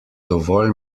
dovolj